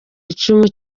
icumu